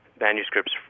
manuscripts